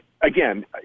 Again